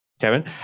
Kevin